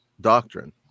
doctrine